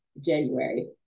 January